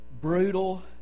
Brutal